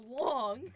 long